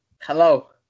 Hello